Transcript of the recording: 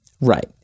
Right